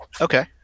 Okay